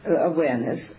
awareness